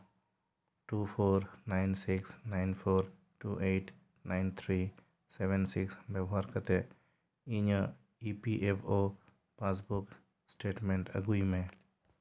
two four nine six nine four two eight nine three seven six ᱵᱮᱵᱚᱦᱟᱨ ᱠᱟᱛᱮ ᱤᱧᱟᱹᱜ E P F O passbook statement ᱟᱜᱩᱭᱢᱮ